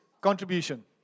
contribution